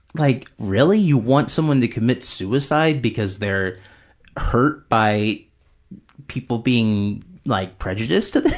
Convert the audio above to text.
like really, you want someone to commit suicide because they're hurt by people being like prejudiced to them?